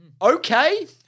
Okay